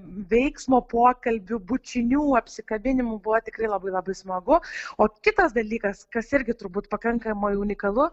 veiksmo pokalbių bučinių apsikabinimų buvo tikrai labai labai smagu o kitas dalykas kas irgi turbūt pakankamai unikalu